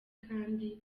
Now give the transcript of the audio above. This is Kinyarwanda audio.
kandi